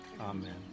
Amen